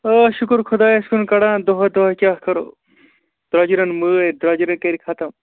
آ شُکُر خۄدایَس کُن کڑان دۄہا دۄہا کیٛاہ کَرَو دروٚجرَن مٲرۍ دروٚجرَن کٔرۍ ختم